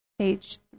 Page